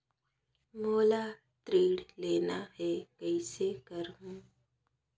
मोला ऋण लेना ह, कइसे करहुँ?